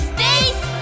Space